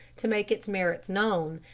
to make its merits known,